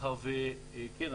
מאחר וכן,